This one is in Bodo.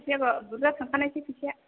फैसायाबो बुरजा थांखानायसै फैसाया